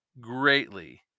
greatly